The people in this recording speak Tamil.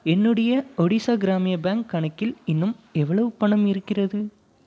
என்னுடைய ஒடிஷா கிராமிய பேங்க் கணக்கில் இன்னும் எவ்வளவு பணம் இருக்கிறது